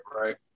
right